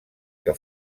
que